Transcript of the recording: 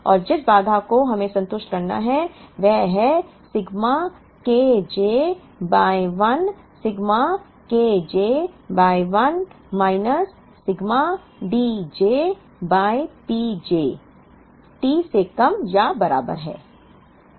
और जिस बाधा को हमें संतुष्ट करना है वह है sigma K j by 1 sigma K j by 1 minus sigma D j by P j T से कम या बराबर है